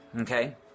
okay